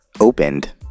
opened